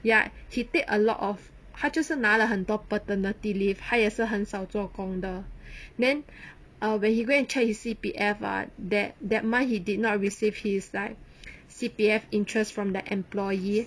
ya he take a lot of 他就是拿了很多 paternity leave 他也是很少做工的 then err when he go and check his C_P_F ah that that why he did not receive his like C_P_F interests from the employee